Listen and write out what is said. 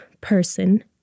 person